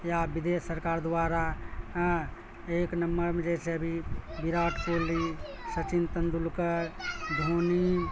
یا ودیش سرکار دوارا ایک نمبر میں جیسے ابھی وراٹ کوہلی سچن تندولکر دھونی